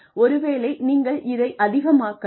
ஒருவேளை நீங்கள் இதை அதிகமாக்கலாம்